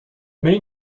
main